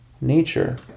nature